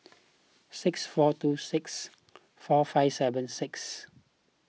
six four two six four five seven six